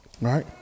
right